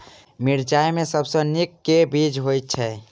मिर्चा मे सबसँ नीक केँ बीज होइत छै?